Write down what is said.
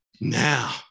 Now